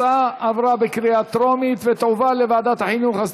גם הצעה זו תועבר לוועדת החינוך,